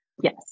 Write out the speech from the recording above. Yes